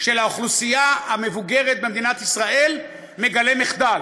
של האוכלוסייה המבוגרת במדינת ישראל מגלה מחדל: